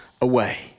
away